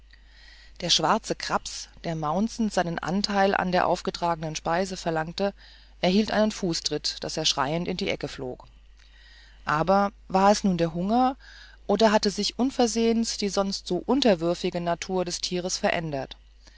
der schwarze graps der mauzend seinen anteil an der aufgetragenen speise verlangte erhielt einen fußtritt daß er schreiend in die ecke flog aber war es nun der hunger oder hatte sich unversehens die sonst so unterwürfige natur des tieres verändert